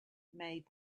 made